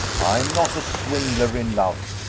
i am not a swindler in love.